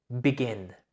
begin